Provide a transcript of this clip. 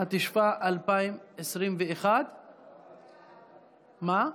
התשפ"א 2021. מה?